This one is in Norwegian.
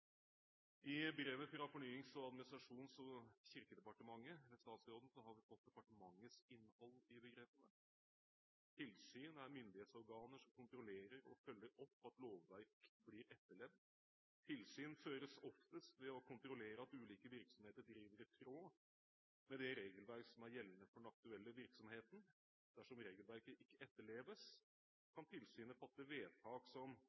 I brevet fra Fornyings-, administrasjons- og kirkedepartementet ved statsråden har vi fått departementets innhold i begrepene: «Tilsyn er myndighetsorganer som kontrollerer og følger opp at lovregler blir etterlevd. Tilsyn føres oftest ved å kontrollere at ulike virksomheter driver i tråd med regelverket gjeldende for den aktuelle virksomheten. Dersom regelverket ikke etterleves, kan tilsynet fatte vedtak som